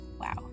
Wow